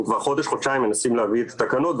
אנחנו כבר חודש-חודשיים מנסים להביא את התקנות,